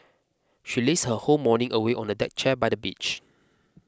she lazed her whole morning away on a deck chair by the beach